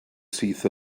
syth